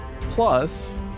plus